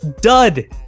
dud